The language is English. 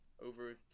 over